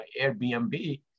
Airbnb